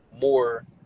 more